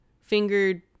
fingered